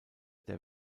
der